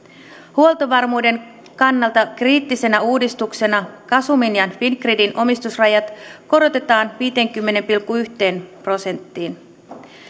huoltovarmuuden kannalta kriittisenä uudistuksena gasumin ja fingridin omistusrajat korotetaan viiteenkymmeneen pilkku yhteen prosenttiin